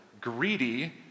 greedy